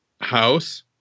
house